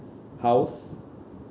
house